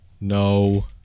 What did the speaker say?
No